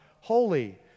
holy